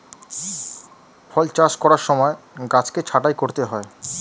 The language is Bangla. ফল চাষ করার সময় গাছকে ছাঁটাই করতে হয়